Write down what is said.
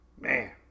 Man